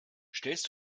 stellst